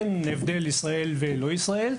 ללא הבדל בין ישראל ללא ישראל,